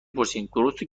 پرسین؟ درسته